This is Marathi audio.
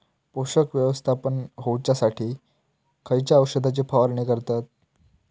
पोषक व्यवस्थापन होऊच्यासाठी खयच्या औषधाची फवारणी करतत?